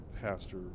pastor